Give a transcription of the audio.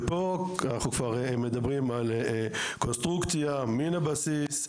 ופה אנחנו כבר מדברים על קונסטרוקציה מן הבסיס.